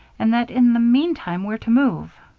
and that in the meantime we're to move.